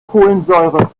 kohlensäure